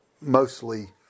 mostly